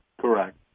Correct